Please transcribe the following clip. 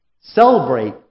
Celebrate